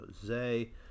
Jose